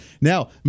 now